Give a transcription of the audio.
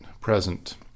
present